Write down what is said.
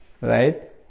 Right